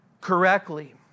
correctly